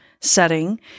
setting